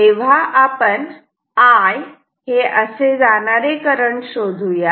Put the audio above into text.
तेव्हा आपण I हे असे जाणारे करंट शोधूयात